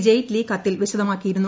ജയ്റ്റ്ലി കത്തിൽ വിശദമാക്കിയിരുന്നു